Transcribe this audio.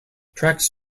tracks